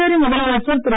புதுச்சேரி முதலமைச்சர் திரு